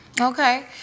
Okay